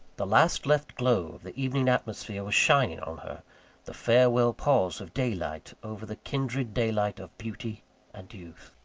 the last-left glow of the evening atmosphere was shining on her the farewell pause of daylight over the kindred daylight of beauty and youth.